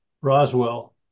Roswell